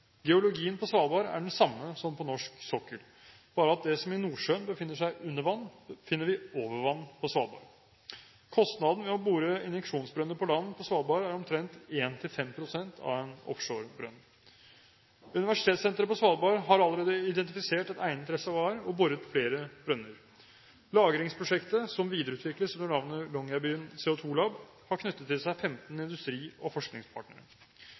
Geologien på Svalbard er den samme som på norsk sokkel, bare at det som i Nordsjøen befinner seg under vann, finner vi over vann på Svalbard. Kostnaden ved å bore injeksjonsbrønner på land på Svalbard er omtrent 1–5 pst. av en offshorebrønn. Universitetssenteret på Svalbard har allerede identifisert et egnet reservoar og boret flere brønner. Lagringsprosjektet, som videreutvikles under navnet Longyearbyen CO2-lab, har knyttet til seg 15 industri- og forskningspartnere.